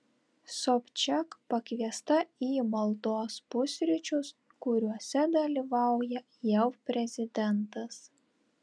sobčiak pakviesta į maldos pusryčius kuriuose dalyvauja jav prezidentas